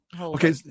Okay